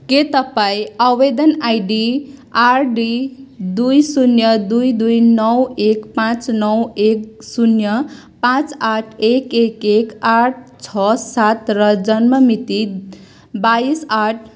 के तपाईँँ आवेदन आइडी आरडी दुई शून्य दुई दुई नौ एक पाँच नौ एक शून्य पाँच आठ एक एक एक आठ छ सात र जन्म मिति बाइस आठ